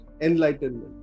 enlightenment